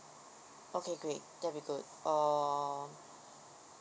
okay great that'll be good err